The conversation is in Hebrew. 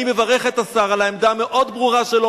אני מברך את השר על העמדה המאוד-ברורה שלו